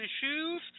Shoes